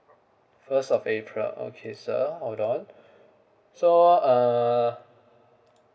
first of april okay sir hold on so uh